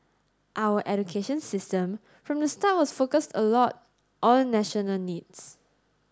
our education system from the start was focused a lot on national needs